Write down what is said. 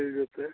चलि जेतै